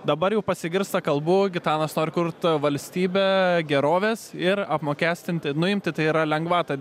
dabar jau pasigirsta kalbų gitanas nori kurt valstybę gerovės ir apmokestinti nuimti tai yra lengvatą